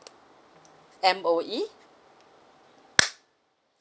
M_O_E